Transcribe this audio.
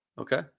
Okay